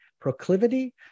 proclivity